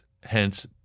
Hence